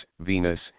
Venus